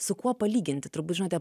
su kuo palyginti turbūt žinote